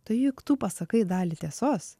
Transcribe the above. tai juk tu pasakai dalį tiesos